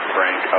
Frank